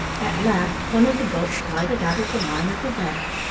at last one of the boats gilded out of the line of the rest,